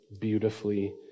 beautifully